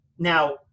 Now